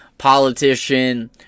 Politician